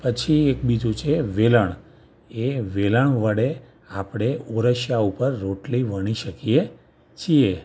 પછી એક બીજું છે વેલણ એ વેલણ વડે આપણે ઓરસિયા ઉપર રોટલી વણી શકીએ છીએ